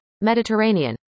Mediterranean